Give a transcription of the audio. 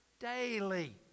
daily